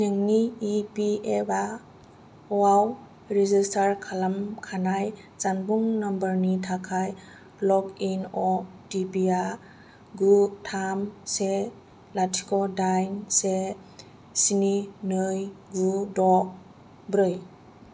नोंनि इपिएफअ आव रेजिस्टार खालामखानाय जानबुं नम्बर नि थाखाय लगइन अटिपि आ गु थाम से लाथिख' दाइन से स्नि नै गु द' ब्रै